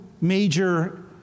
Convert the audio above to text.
major